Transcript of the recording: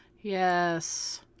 Yes